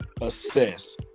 assess